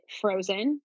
frozen